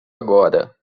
agora